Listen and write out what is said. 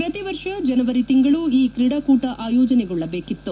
ಪ್ರತಿ ವರ್ಷ ಜನವರಿ ತಿಂಗಳು ಈ ತ್ರೀಡಾಕೂಟ ಆಯೋಜನೆಗೊಳ್ಳಬೇಕಿತ್ತು